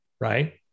Right